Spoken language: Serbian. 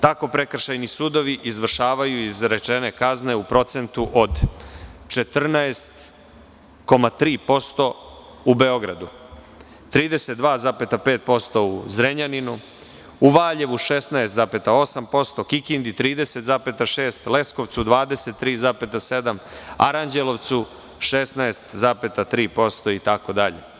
Tako prekršajni sudovi izvršavaju izrečene kazne u procentu od 14,3% u Beogradu, 32,5% u Zrenjaninu, u Valjevu 16,8%, Kikindi 30,6%, Leskovcu 23,7%, Aranđelovcu 16,3% itd.